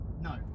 No